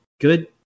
good